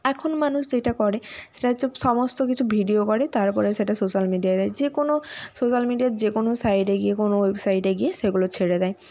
এখন মানুষ যেইটা করে সেটা হচ্ছে সমস্ত কিছু ভিডিও করে তারপরে সেটা সোশ্যাল মিডিয়ায় দেয় যে কোনও সোশ্যাল মিডিয়ার যে কোনও সাইটে গিয়ে কোনও ওয়েবসাইটে গিয়ে সেগুলো ছেড়ে দেয়